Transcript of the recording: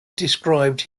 described